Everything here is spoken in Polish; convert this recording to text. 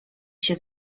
się